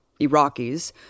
Iraqis